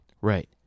right